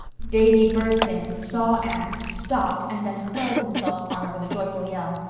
davy burst in, saw anne, stopped, and then hurled himself upon her with a joyful yell.